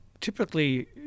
typically